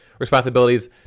responsibilities